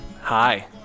hi